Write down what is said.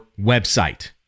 website